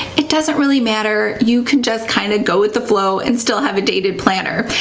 it doesn't really matter. you can just kind of go with the flow and still have a dated planner.